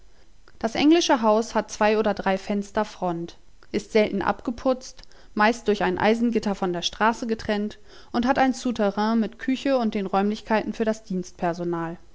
das englische haus hat zwei oder drei fenster front ist selten abgeputzt meist durch ein eisengitter von der straße getrennt und hat ein souterrain mit der küche und den räumlichkeiten für das